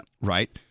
right